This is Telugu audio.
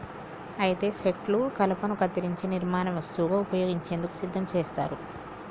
అయితే సెట్లు కలపను కత్తిరించే నిర్మాణ వస్తువుగా ఉపయోగించేందుకు సిద్ధం చేస్తారు